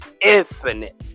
infinite